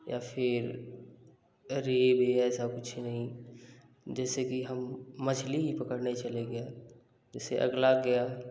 या फिर अरे रे ऐसा कुछ नहीं जैसे कि हम मछली ही पकड़ने चले गए जैसे अगला गया